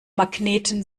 magneten